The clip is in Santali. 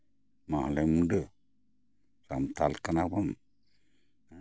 ᱢᱟᱦᱞᱮ ᱢᱩᱰᱟᱹ ᱥᱟᱱᱛᱟᱞ ᱠᱟᱱᱟ ᱵᱚᱱ